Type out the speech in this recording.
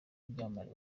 n’ibyamamare